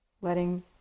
Letting